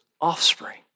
offspring